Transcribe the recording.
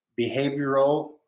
behavioral